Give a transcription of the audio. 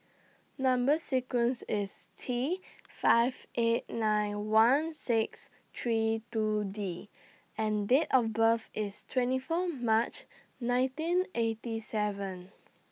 Number sequence IS T five eight nine one six three two D and Date of birth IS twenty four March nineteen eighty seven